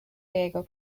diego